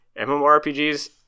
MMORPGs